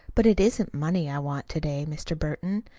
but it isn't money i want to-day, mr. burton.